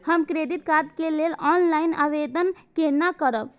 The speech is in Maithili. हम क्रेडिट कार्ड के लेल ऑनलाइन आवेदन केना करब?